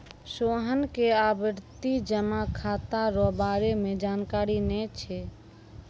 सोहन के आवर्ती जमा खाता रो बारे मे जानकारी नै छै